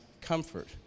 comfort